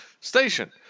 Station